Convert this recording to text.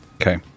Okay